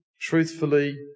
truthfully